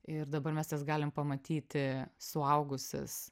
ir dabar mes jas galim pamatyti suaugusias